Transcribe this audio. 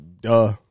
Duh